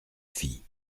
fit